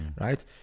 right